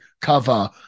cover